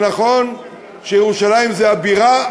נכון שירושלים היא הבירה,